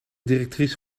directrice